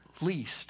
least